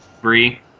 Three